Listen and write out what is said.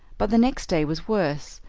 but the next day was worse,